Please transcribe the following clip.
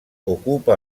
ocupa